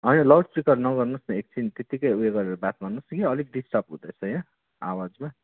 होइन loudspeaker नगर्नुहोस् न एकछिन त्यतिकै उयो गरेर बात मार्नुहोस् कि अलिक डिस्टर्ब हुँदैछ यहाँ आवाजमा